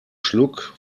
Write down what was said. schluck